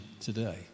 today